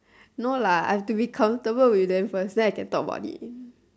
no lah I have to be comfortable with them first then I can talk about it